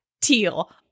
teal